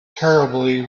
terribly